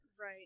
Right